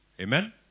Amen